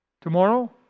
Tomorrow